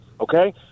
okay